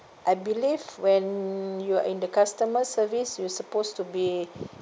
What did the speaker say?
I believe when you are in the customer service you supposed to be